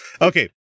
Okay